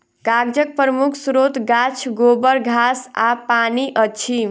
कागजक प्रमुख स्रोत गाछ, गोबर, घास आ पानि अछि